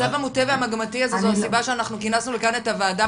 המצב המוטה והמגמתי הזה הוא הסיבה שאנחנו כינסנו לכאן את הוועדה,